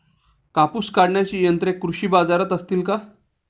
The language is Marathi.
कापूस काढण्याची यंत्रे कृषी बाजारात असतील का?